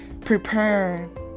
preparing